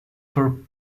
for